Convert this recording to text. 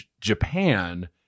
Japan